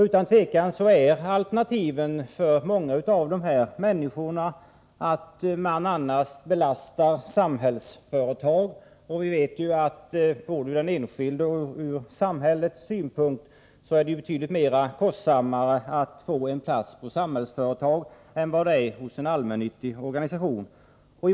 Utan tvivel är alternativet för många av dessa människor att belasta Samhällsföretag. Och vi vet ju att både ur den enskildes och ur samhällets synpunkt är det betydligt mera kostsamt med en plats på Samhällsföretag än hos en allmännyttig organisation.